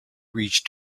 reach